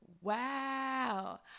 wow